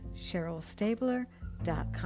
CherylStabler.com